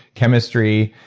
chemistry,